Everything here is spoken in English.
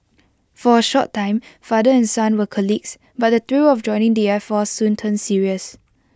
for A short time father and son were colleagues but the thrill of joining the air force soon turned serious